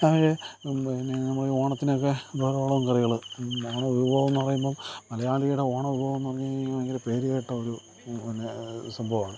അങ്ങനെ പിന്നെ നമ്മളെ ഓണത്തിനൊക്കെ നമ്മളെ ഓണം കളികള് നമ്മളെ ഓണവിഭവമെന്നു പറയുമ്പോള് മലയാളിയുടെ ഓണവിഭവമെന്നു പറഞ്ഞുകഴിഞ്ഞാല് ഭയങ്കര പേരുകേട്ടൊരു പിന്നെ സംഭവമാണ്